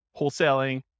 wholesaling